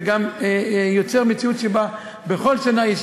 וגם יוצר מציאות שבה בכל יום שנה יש